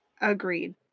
Agreed